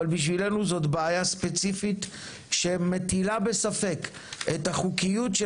אבל בשבילנו זאת בעיה ספציפית שמטילה בספק את החוקיות של